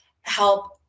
help